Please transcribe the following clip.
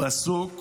הוא עסוק